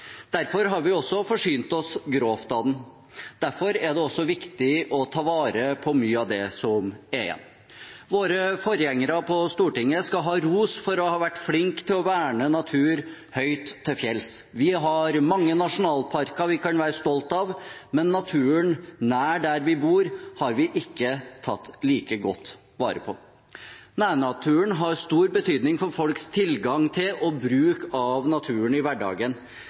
Derfor har vi også forsynt oss grovt av den, og derfor er det også viktig å ta vare på mye av det som er igjen. Våre forgjengere på Stortinget skal ha ros for å ha vært flinke til å verne natur høyt til fjells. Vi har mange nasjonalparker vi kan være stolte av, men naturen nær der vi bor, har vi ikke tatt like godt vare på. Nærnaturen har stor betydning for folks tilgang til og bruk av naturen i hverdagen.